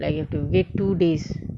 like you have to wait two days